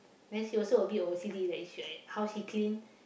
then she also a bit of O_C_D like she uh how she clean